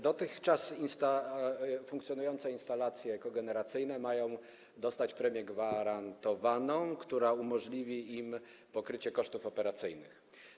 Dotychczas funkcjonujące instalacje kogeneracyjne mają dostać premię gwarantowaną, która umożliwi im pokrycie kosztów operacyjnych.